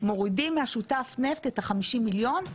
מורידים מהשותף נפט את 50 המיליון,